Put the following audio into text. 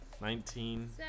nineteen